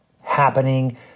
happening